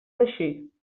així